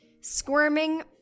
squirming